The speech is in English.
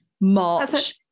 March